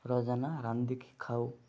ରୋଜାନା ରାନ୍ଧିକି ଖାଉ